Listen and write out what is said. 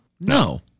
No